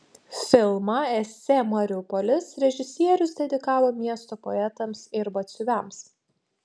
filmą esė mariupolis režisierius dedikavo miesto poetams ir batsiuviams